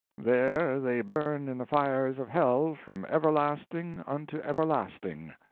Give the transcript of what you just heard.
there they burn in the fires of hell from everlasting unto everlasting.